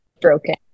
broken